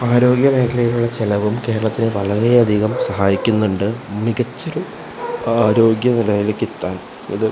ആരോഗ്യ മേഖലയിലുള്ള ചിലവും കേരളത്തിനെ വളരെ അധികം സഹായിക്കുന്നുണ്ട് മികച്ച ഒരു ആരോഗ്യ മേഖലയിലേക്കെത്താൻ ഇത്